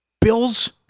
Bills